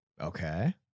Okay